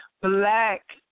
black